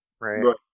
right